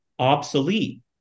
obsolete